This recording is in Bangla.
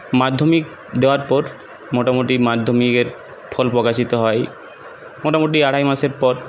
মাধ্যমিক দেওয়ার পর মোটামুটি মাধ্যমিকের ফল প্রকাশিত হয় মোটামুটি আড়াই মাসের পর